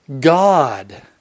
God